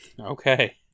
Okay